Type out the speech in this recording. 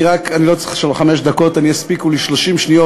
אני לא צריך חמש דקות, יספיקו לי 30 שניות.